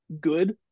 good